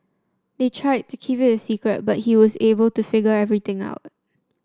they tried to keep it a secret but he was able to figure everything out